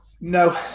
No